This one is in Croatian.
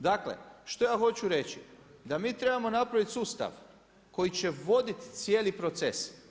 Dakle, što ja hoću reći, da mi trebamo napraviti sustav koji će voditi cijeli proces.